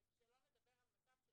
שלא נדבר על מצב של